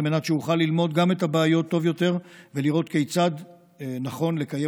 על מנת שאוכל ללמוד גם את הבעיות טוב יותר ולראות כיצד נכון לקיים